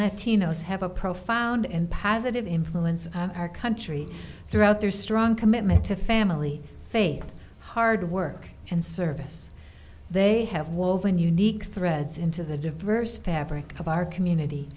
latinos have a profound and positive influence on our country throughout their strong commitment to family faith hard work and service they have woven unique threads into the diverse fabric of our community